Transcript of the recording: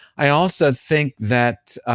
i also think that